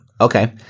Okay